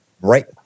right